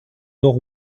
nord